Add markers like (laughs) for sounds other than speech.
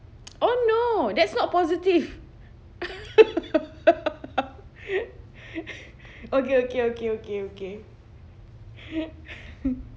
oh no that's not positive (laughs) okay okay okay okay okay